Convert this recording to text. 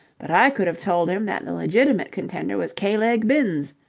but i could have told him that the legitimate contender was k-leg binns.